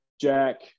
jack